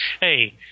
Hey